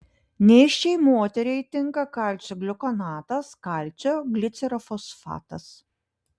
nėščiai moteriai tinka kalcio gliukonatas kalcio glicerofosfatas